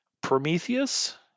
Prometheus